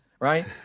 Right